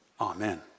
Amen